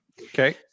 Okay